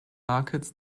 markets